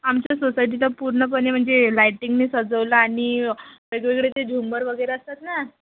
आमच्या सोसायटीला पूर्णपणे म्हणजे लायटिंगने सजवला आणि वेगवेगळे ते झुंबर वगैरे असतात ना